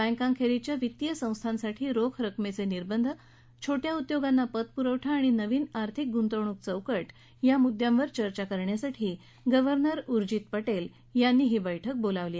बँकांखेरीजच्या वित्तीय संस्थांसाठी रोख रकमेचे निर्बंध छोट्या उद्योगांना पतपुरवठा आणि नवीन आर्थिक गुंतवणूक चौकट या मुद्यांवर चर्चा करण्यासाठी गव्हर्नर उर्जित पटेल यांनी ही बैठक बोलावली आहे